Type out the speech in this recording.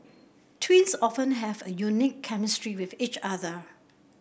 twins often have a unique chemistry with each other